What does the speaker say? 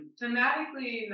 Thematically